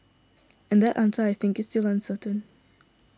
and that answer I think is still uncertain